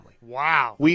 Wow